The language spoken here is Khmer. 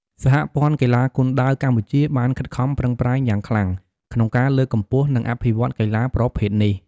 សហព័ន្ធកីឡាគុនដាវកម្ពុជាបានខិតខំប្រឹងប្រែងយ៉ាងខ្លាំងក្នុងការលើកកម្ពស់ និងអភិវឌ្ឍកីឡាប្រភេទនេះ។